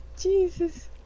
Jesus